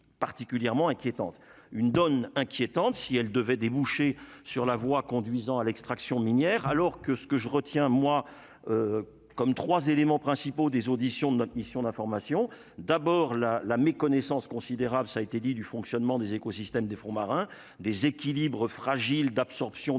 particulièrement inquiétante une donne inquiétante si elle devait déboucher sur la voie conduisant à l'extraction minière, alors que ce que je retiens moi comme 3 éléments principaux des auditions de notre mission d'information, d'abord la la méconnaissance considérable, ça a été dit, du fonctionnement des écosystèmes des fonds marins des équilibres fragiles d'absorption du